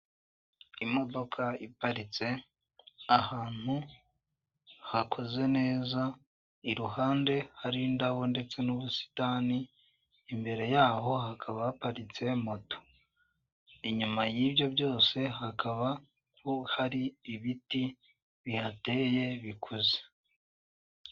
Imodoka iparitse ahantu hakoze neza, iruhande hari indabo ndetse n'umusitani, imbere yaho hakaba haparitse moto. Inyuma y'ibyo byosa hakaba ho hari ibiti bihateye, bikuze.